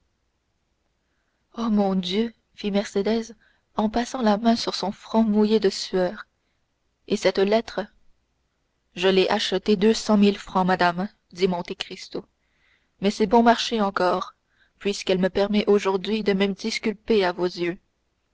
oh mon dieu fit mercédès en passant la main sur son front mouillé de sueur et cette lettre je l'ai achetée deux cent mille francs madame dit monte cristo mais c'est bon marché encore puisqu'elle me permet aujourd'hui de me disculper à vos yeux